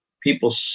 people